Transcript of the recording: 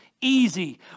easy